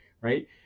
Right